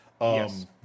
Yes